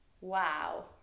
Wow